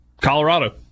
Colorado